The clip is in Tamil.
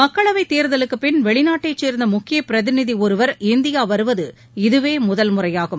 மக்களவை தேர்தலுக்கு பின் வெளிநாட்டைச் சேர்ந்த முக்கிய பிரதிநிதி ஒருவர் இந்தியா வருவது இதுவே முதல் முறையாகும்